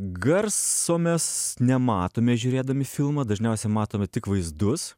garso mes nematome žiūrėdami filmą dažniausia matome tik vaizdus